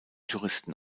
touristen